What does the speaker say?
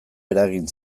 eragin